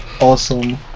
awesome